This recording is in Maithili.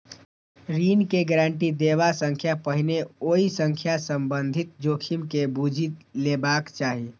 ऋण के गारंटी देबा सं पहिने ओइ सं संबंधित जोखिम के बूझि लेबाक चाही